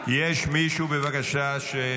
יש מישהו נוסף?